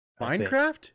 Minecraft